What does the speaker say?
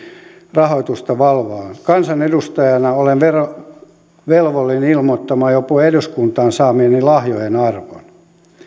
rahoitusta valvovat kansanedustajana olen verovelvollinen ilmoittamaan jopa eduskuntaan saamieni lahjojen arvon